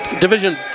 Division